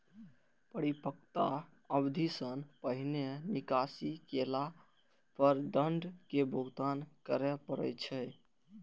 परिपक्वता अवधि सं पहिने निकासी केला पर दंड के भुगतान करय पड़ै छै